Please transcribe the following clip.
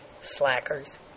Slackers